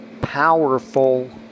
powerful